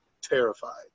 terrified